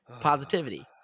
Positivity